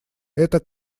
это